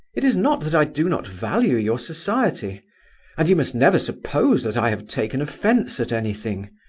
it is not that i do not value your society and you must never suppose that i have taken offence at anything.